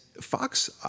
Fox